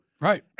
Right